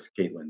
Caitlin